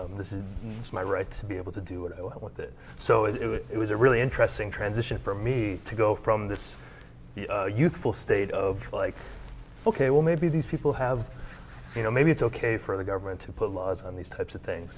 this is my right to be able to do it with it so it was a really interesting transition for me to go from this youthful state of like ok well maybe these people have you know maybe it's ok for the government to put on these types of things